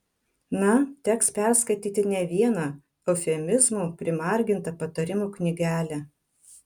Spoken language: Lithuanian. na teks perskaityti ne vieną eufemizmų primargintą patarimų knygelę